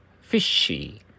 fishy